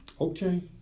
Okay